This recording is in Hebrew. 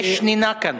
יש שנינה כאן.